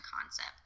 concept